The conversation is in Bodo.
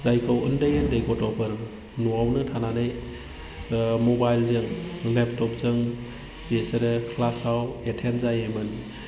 जायखौ उन्दै उन्दै गथ'फोर न'आवनो थानानै मबाइलजों लेपटपजों बिसोरो क्लासाव एटेन्द जायोमोन